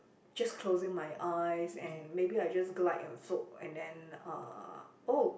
just closing my eyes and maybe I just glide and soak and then uh